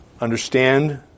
understand